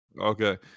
Okay